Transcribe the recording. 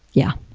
yeah.